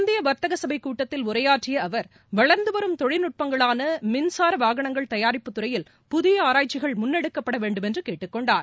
இந்திய வர்த்தகச்சபை கூட்டத்தில் உரையாற்றிய அவர் வளர்ந்து வரும் தொழில்நுட்பங்களான மின்சார வாகனங்கள் தயாரிப்புத்துறையில் புதிய ஆராய்ச்சிகள் முன்னெடுக்கப்பட வேண்டும் என்ற கேட்டுக்கொண்டார்